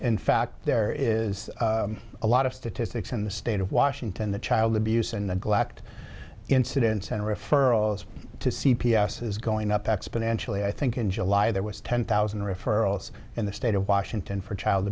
in fact there is a lot of statistics in the state of washington the child abuse and neglect incidence and referrals to c p s is going up exponentially i think in july there was ten thousand referrals in the state of washington for child